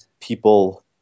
people